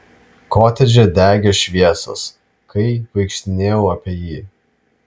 kotedže degė šviesos kai vaikštinėjau apie jį